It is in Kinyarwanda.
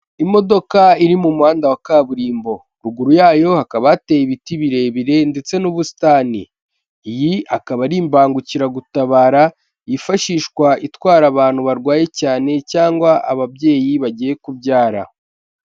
Imodoka iri mu muhanda wa kaburimbo, ruguru yayo hakaba hateye ibiti birebire ndetse n'ubusitani. Iyi akaba ari imbangukiragutabara yifashishwa itwara abantu barwaye cyane cyangwa ababyeyi bagiye kubyara.